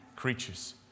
Creatures